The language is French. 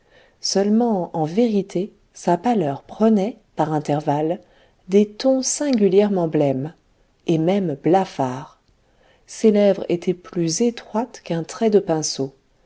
seulement en vérité sa pâleur prenait par intervalles des tons singulièrement blêmes et même blafards ses lèvres étaient plus étroites qu'un trait de pinceau